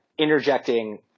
interjecting